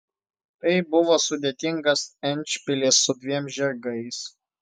tai buvo sudėtingas endšpilis su dviem žirgais